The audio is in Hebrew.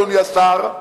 אדוני השר,